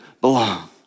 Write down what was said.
belong